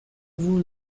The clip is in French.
vous